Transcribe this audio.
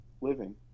living